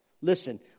listen